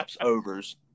overs